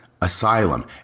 Asylum